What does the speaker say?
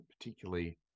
particularly